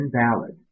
invalid